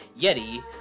Yeti